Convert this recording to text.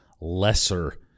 lesser